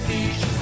Beach